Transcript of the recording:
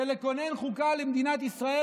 של לכונן חוקה למדינת ישראל,